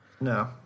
No